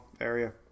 area